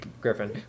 Griffin